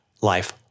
life